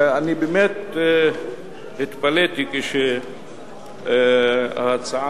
באמת התפלאתי כשההצעה,